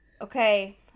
Okay